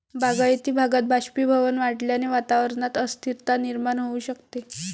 बागायती भागात बाष्पीभवन वाढल्याने वातावरणात अस्थिरता निर्माण होऊ शकते